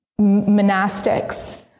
Monastics